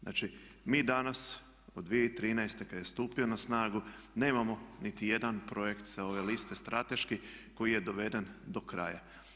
Znači mi danas od 2013.kad je stupio na snagu nemamo niti jedan projekt sa ove liste strateški koji je doveden do kraja.